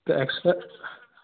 त एक्स्ट्रा